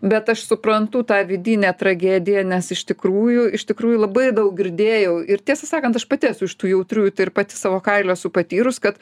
bet aš suprantu tą vidinę tragediją nes iš tikrųjų iš tikrųjų labai daug girdėjau ir tiesą sakant aš pati esu iš tų jautriųjų tai ir pati savo kailiu esu patyrus kad